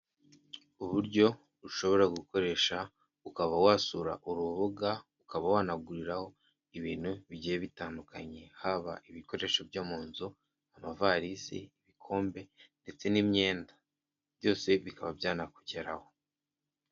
Uburyo ushobora gukoresha ukaba wasura urubuga, ukaba wanaguriraho ibintu bigiye bitandukanye haba ibikoresho byo mu nzu amavalisi ibikombe ndetse n'imyenda byose bikaba byanakugeraho.